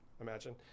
imagine